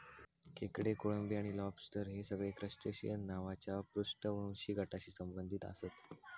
खेकडे, कोळंबी आणि लॉबस्टर हे सगळे क्रस्टेशिअन नावाच्या अपृष्ठवंशी गटाशी संबंधित आसत